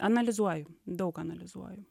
analizuoju daug analizuoju